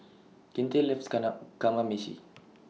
Kinte loves Kamameshi